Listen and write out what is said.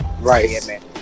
right